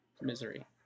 Misery